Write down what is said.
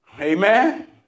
Amen